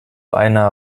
einer